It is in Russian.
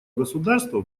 государства